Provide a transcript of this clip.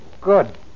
Good